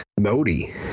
Modi